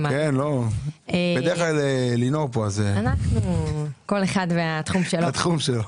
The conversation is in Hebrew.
בדרך כלל לינור פה אז -- כל אחד והתחום שלו.